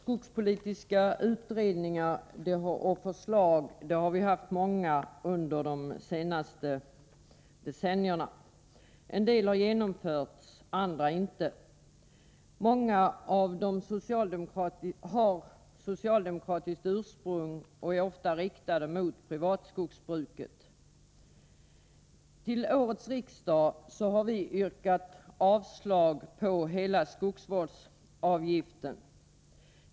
Herr talman! Många utredningar och förslag på det skogspolitiska området har presenterats under de senaste decennierna. En del av förslagen har genomförts, andra inte. Många förslag har haft socialdemokratiskt ursprung och har ofta varit riktade mot privatskogsbruket. Till årets riksdag har vi framfört ett yrkande om att hela skogsvårdsavgiften skall avskaffas.